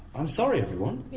i'm sorry, everyone.